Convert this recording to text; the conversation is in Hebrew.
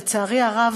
לצערי הרב,